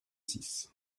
six